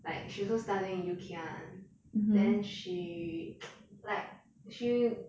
like she also studying in U_K [one] then she like she